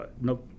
no